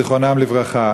זכרם לברכה,